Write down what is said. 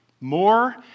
more